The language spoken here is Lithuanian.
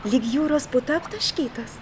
lyg jūros puta aptaškytos